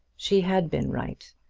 she had been right,